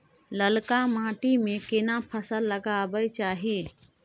ललका माटी में केना फसल लगाबै चाही?